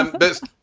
and this.